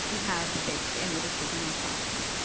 have stake in the decisional process,